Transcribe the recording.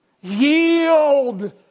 Yield